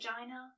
vagina